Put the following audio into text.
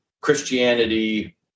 Christianity